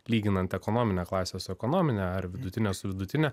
lyginant ekonominę klasę su ekonomine ar vidutinę su vidutine